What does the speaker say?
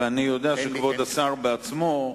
ואני יודע שכבוד השר עצמו,